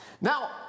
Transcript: Now